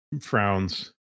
frowns